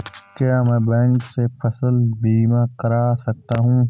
क्या मैं बैंक से फसल बीमा करा सकता हूँ?